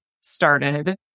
started